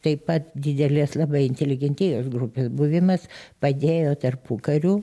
taip pat didelės labai inteligentijos grupės buvimas padėjo tarpukariu